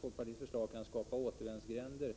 folkpartiets förslag kan skapa återvändsgränder.